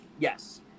Yes